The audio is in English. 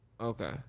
Okay